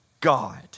God